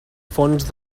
fons